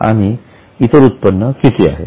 आणि इतर उत्पन्न किती आहे